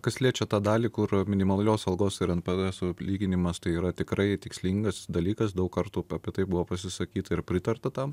kas liečia tą dalį kur minimalios algos ir npdeso lyginimas tai yra tikrai tikslingas dalykas daug kartų apie tai buvo pasisakyta ir pritarta tam